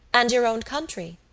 and your own country?